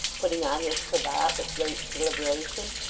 putting on his cravat with great deliberation,